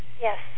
Yes